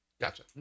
gotcha